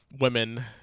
women